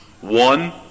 One